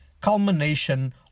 culmination